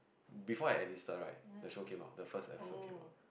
before I enlisted right the show came out first episode came out